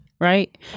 right